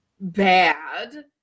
bad